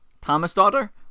Thomas-Daughter